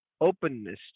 openness